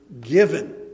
Given